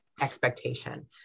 expectation